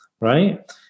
Right